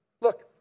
Look